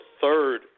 third